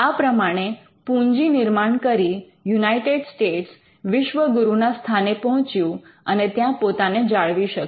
આ પ્રમાણે પુંજી નિર્માણ કરી યુનાઈટેડ સ્ટેટ્સ વિશ્વગુરુના સ્થાને પહોંચ્યું અને ત્યાં પોતાને જાળવી શક્યું